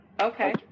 Okay